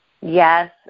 Yes